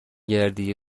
گردی